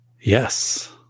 yes